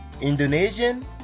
Indonesian